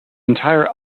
entire